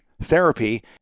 therapy